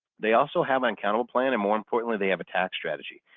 they also have uncountable plan and more importantly, they have a tax strategy.